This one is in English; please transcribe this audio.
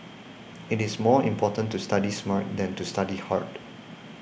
it is more important to study smart than to study hard